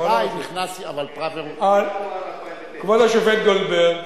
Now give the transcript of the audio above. גבאי נכנס, אבל פראוור, 2009. כבוד השופט גולדברג,